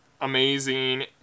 amazing